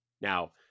Now